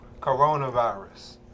coronavirus